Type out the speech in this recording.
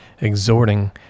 exhorting